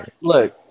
Look